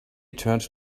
turned